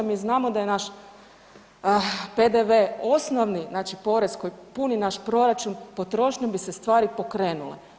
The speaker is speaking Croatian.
Mi znamo da je naš PDV osnovni porez koji puni naš proračun, potrošnjom bi se stvari pokrenule.